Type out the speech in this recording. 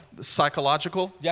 psychological